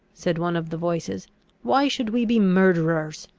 said one of the voices why should we be murderers?